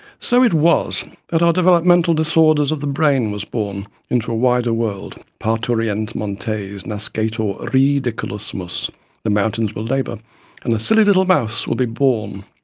so it was that our developmental disorders of the brain was born into a wider world. parturient montes, nascetur ridiculus mus the mountains will labour and a silly little mouse will be born.